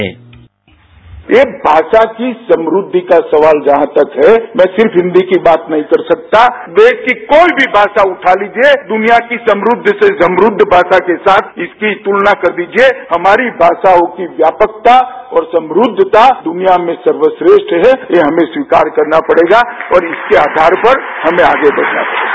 bite ये भाषा की समुद्धि का सवाल जहां तक है मैं सिर्फ हिन्दी की बात नहीं कर सकता देश की कोई भी भाषा उठा लिजिये दुनिया की समृद्ध से समृद्ध भाषा के साथ इसकी तुलना कर लीजिये हमारी भाषाओं की व्यापकता और समृद्धता दुनिया में सर्वश्रेष्ठ है यह हमें स्वीकार करना पड़ेगा और इसके आधार पर हमें आगे बढ़ना पड़ेगा